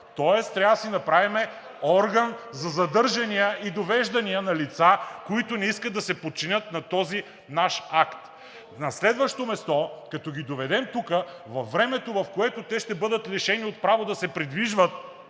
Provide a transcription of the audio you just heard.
тоест трябва да си направим орган за задържания и довеждания на лица, които не искат да се подчинят на този наш акт. На следващо място, като ги доведем тук, във времето, в което те ще бъдат лишени от право да се придвижват,